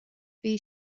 bhí